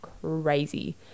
crazy